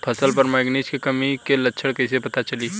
फसल पर मैगनीज के कमी के लक्षण कइसे पता चली?